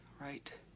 right